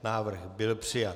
Návrh byl přijat.